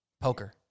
poker